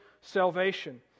salvation